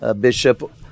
Bishop